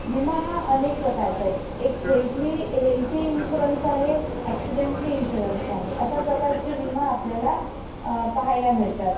विमा हा अनेक प्रकारचा आहे एक हेल्थली हेल्थी इन्शुरन्स आहे ॲक्सिडेंटली इन्श्युरन्स आहे अशा प्रकारचे विमा आपल्याला पाहायला मिळतात